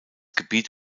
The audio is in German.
gebiet